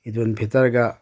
ꯏꯗꯨꯜ ꯐꯤꯇꯔꯒ